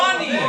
לא אני.